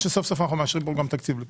זה מראה שבאמת נעשית כאן עבודה רוחבית.